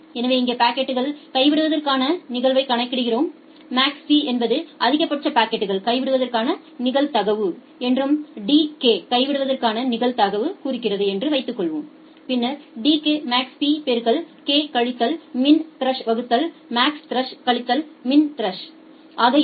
எனவே இங்கே பாக்கெட்கள் கைவிடுவதற்கான நிகழ்தகவைக் கணக்கிடுகிறோம்MAX p என்பது அதிகபட்ச பாக்கெட்கள் கைவிடுவதற்கான நிகழ்தகவு என்றும் d k கைவிடுவதற்கான நிகழ்தகவு குறிக்கிறது என்று வைத்துக் கொள்ளுங்கள் பின்னர் d k Max p பெருக்கல் k கழித்தல்Min Thresh வகுத்தல் MaxThresh கழித்தல்Min Thresh ஆக இருக்கும்